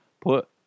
put